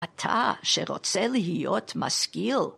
אתה שרוצה להיות משכיל